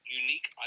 unique